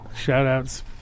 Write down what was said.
shout-outs